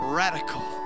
radical